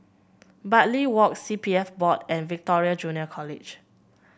Bartley Walk C P F Board and Victoria Junior College